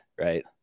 right